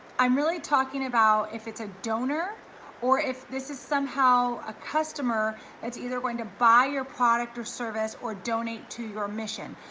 i'm really talking about if it's a donor or if this is somehow ah customer that's either going to buy your product or service or donate to your mission.